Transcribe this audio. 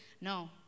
No